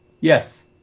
Yes